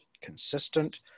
consistent